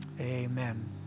amen